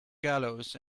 gallows